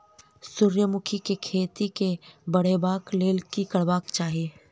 सूर्यमुखी केँ खेती केँ बढ़ेबाक लेल की करबाक चाहि?